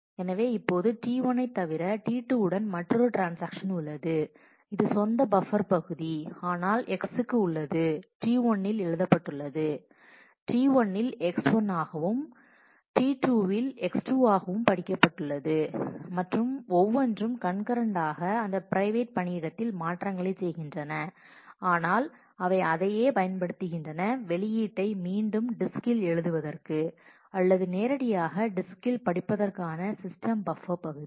எனவே இப்போது T1 ஐத் தவிர T2 உடன் மற்றொரு ட்ரான்ஸாக்ஷன் உள்ளது அது சொந்த பஃப்பர் பகுதி ஆனால் x க்கு உள்ளது T1 இல் எழுதப்பட்டுள்ளது T1 இல் x1 ஆகவும் x T2 இல் x2 ஆகவும் படிக்கப்பட்டுள்ளது மற்றும் ஒவ்வொன்றும் கண்கரன்ட் ஆக அந்த பிரைவேட் பணியிடத்தில் மாற்றங்களைச் செய்கின்றன ஆனால் அவை அதையே பயன்படுத்துகின்றன வெளியீட்டை மீண்டும் டிஸ்கில் எழுதுவதற்கு அல்லது நேரடியாகப் டிஸ்கில் படிப்பதற்கான சிஸ்டம் பஃப்பர் பகுதி